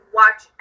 watch